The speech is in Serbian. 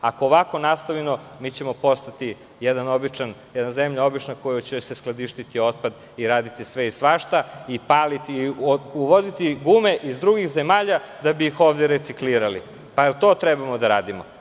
Ako ovako nastavimo postaćemo jedna obična zemlja u kojoj će se skladištiti otpad i raditi sve i svašta, uvoziti gume iz drugih zemalja da bi ih ovde reciklirali, da li to treba da radimo?